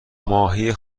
ماهی